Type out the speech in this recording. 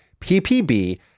PPB